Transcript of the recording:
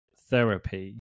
therapy